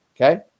okay